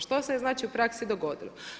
Što se je znači u praksi dogodilo?